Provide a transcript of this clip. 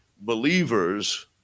believers